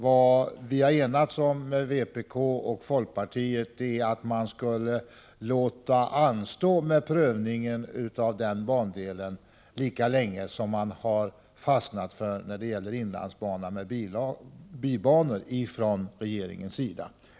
Vad vi enats om med vpk och folkpartiet är att man skulle låta det anstå med prövningen av denna bandel lika länge som regeringen fastnat för att låta det anstå när det gäller inlandsbanan med bibanor.